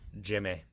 Jimmy